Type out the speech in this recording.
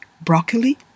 broccoli